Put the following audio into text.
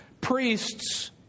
Priests